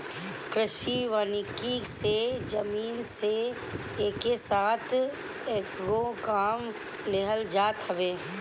कृषि वानिकी से जमीन से एके साथ कएगो काम लेहल जात हवे